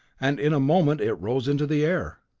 and in a moment it rose into the air!